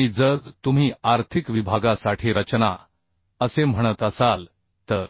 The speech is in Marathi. आणि जर तुम्ही आर्थिक विभागासाठी रचना असे म्हणत असाल तर